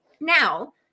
Now